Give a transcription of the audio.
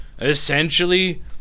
essentially